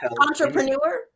Entrepreneur